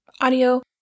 audio